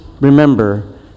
remember